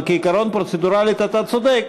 אבל כעיקרון, פרוצדורלית אתה צודק.